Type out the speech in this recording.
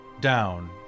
down